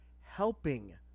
helping